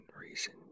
reason